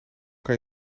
kan